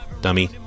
dummy